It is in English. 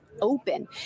open